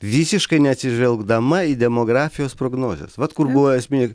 visiškai neatsižvelgdama į demografijos prognozes vat kur buvo esmė